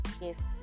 yes